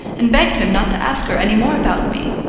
and begged him not to ask her any more about me.